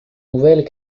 nouvelles